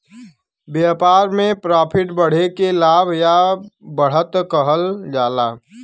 व्यापार में प्रॉफिट बढ़े के लाभ या बढ़त कहल जाला